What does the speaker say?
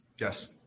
Yes